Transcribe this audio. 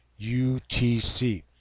UTC